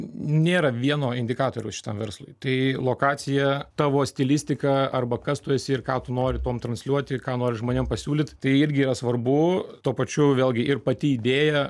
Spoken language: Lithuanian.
nėra vieno indikatoriaus šitam verslui tai lokacija tavo stilistika arba kas tu esi ir ką tu nori tuom transliuoti ką nori žmonėm pasiūlyt tai irgi yra svarbu tuo pačiu vėlgi ir pati idėja